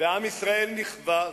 ועם ישראל נכווה.